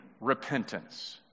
repentance